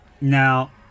Now